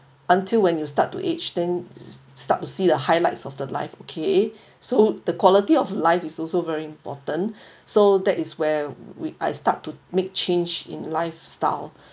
until when you start to age then s~ start to see the highlights of the life okay so the quality of life is also very important so that is where we I start to make change in lifestyle